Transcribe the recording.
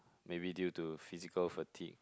maybe due to physical fatigue